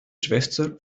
schwester